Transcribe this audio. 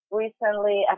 recently